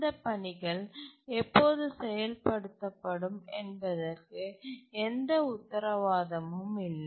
இந்த பணிகள் எப்போது செயல்படுத்தப்படும் என்பதற்கு எந்த உத்தரவாதமும் இல்லை